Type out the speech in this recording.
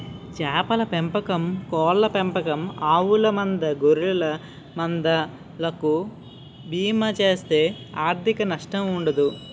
చేపల పెంపకం కోళ్ళ పెంపకం ఆవుల మంద గొర్రెల మంద లకు బీమా చేస్తే ఆర్ధిక నష్టం ఉండదు